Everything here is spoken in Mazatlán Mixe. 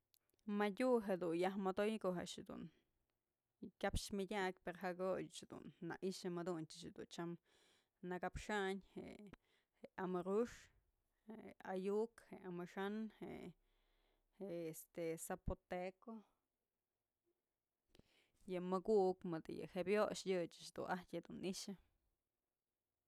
Madyu jedun yaj modoy ko'o a'ax jedun kyapxë myëdyak pero jako'o ëch dun na i'ixë muduntyë dun tyam nakapxayn je'e amuru'ux, je'e ayu'uk, je'e amaxa'an, je'e je'e este zapoteco, yë muku'uk mëdë yë jabyox yëch ëch dun ajtyë dun i'ixë.